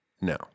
No